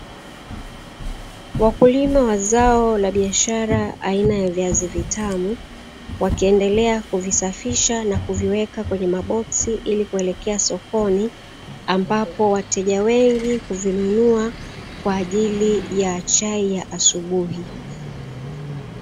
Wakulima wa zao la biashara aina ya viazi vitamu wakiendelea kuvisafisha na kuviwekwa katika maboksi, ilikuelekea sokoni ambapo wateja wengi huvinunua kwaajili yakunywea chai asubuhi.